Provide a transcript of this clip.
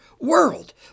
world